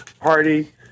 party